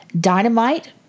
Dynamite